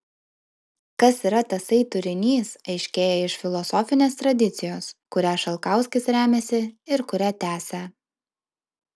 kas yra tasai turinys aiškėja iš filosofinės tradicijos kuria šalkauskis remiasi ir kurią tęsia